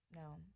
no